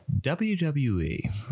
WWE